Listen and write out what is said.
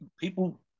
People